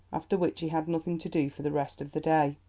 after which he had nothing to do for the rest of the day.